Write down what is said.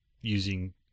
using